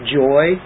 joy